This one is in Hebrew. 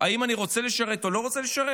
אם אני רוצה לשרת או לא רוצה לשרת?